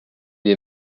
est